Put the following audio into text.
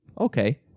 okay